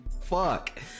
fuck